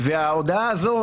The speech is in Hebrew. ההודעה הזו,